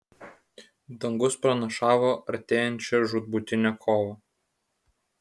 dangus pranašavo artėjančią žūtbūtinę kovą